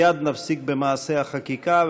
מייד נתחיל במעשה החקיקה,